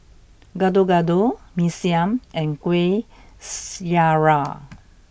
gado gado Mee Siam and Kueh Syara